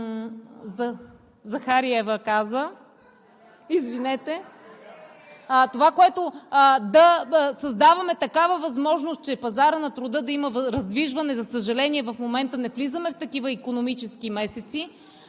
Захариева каза – да създаваме такава възможност, че пазарът на труда да има раздвижване, за съжаление, в момента не влизаме в такива икономически месеци,